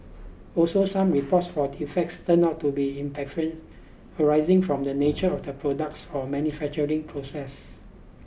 also some reports for defects turned out to be imperfections arising from the nature of the products or manufacturing process